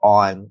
on